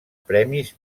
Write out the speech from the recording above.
premis